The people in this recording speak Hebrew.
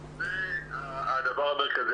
זה הדבר המרכזי.